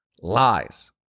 lies